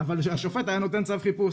אבל השופט היה נותן צו חיפוש.